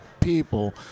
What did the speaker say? people